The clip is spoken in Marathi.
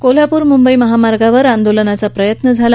कोल्हापूर मुंबई महामार्गावर आंदोलनाचा प्रयत्न झाला